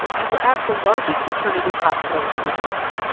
and we're at the largest maternity hospital in the world,